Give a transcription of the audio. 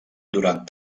durant